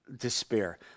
despair